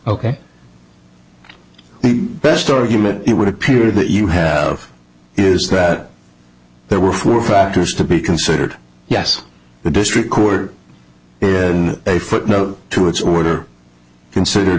ok best argument it would appear that you have is that there were four factors to be considered yes the district court a footnote to its order considered